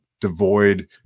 devoid